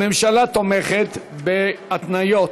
הממשלה תומכת בהתניות,